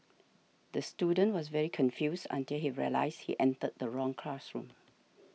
the student was very confused until he realised he entered the wrong classroom